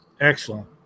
Excellent